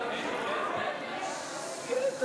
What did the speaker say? מה זה לשאול כזה דבר?